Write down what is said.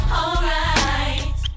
alright